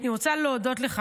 אני רוצה להודות לך.